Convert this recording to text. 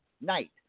night